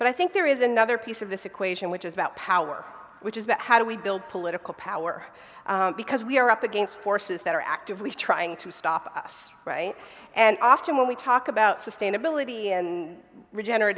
but i think there is another piece of this equation which is about power which is about how do we build political power because we are up against forces that are actively trying to stop us and often when we talk about sustainability and regenerat